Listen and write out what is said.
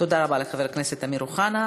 תודה רבה לחבר הכנסת אמיר אוחנה.